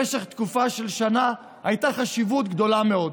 במשך תקופה של שנה הייתה חשיבות גדולה מאוד,